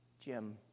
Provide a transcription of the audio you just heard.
Jim